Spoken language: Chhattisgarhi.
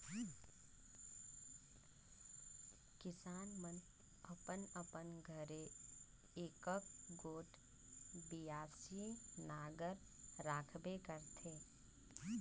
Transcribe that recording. किसान मन अपन अपन घरे एकक गोट बियासी नांगर राखबे करथे